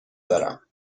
دارم